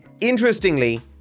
Interestingly